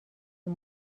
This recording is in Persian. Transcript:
این